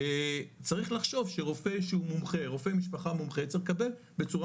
צריך לחשוב שרופא משפחה מומחה צריך לקבל בצורה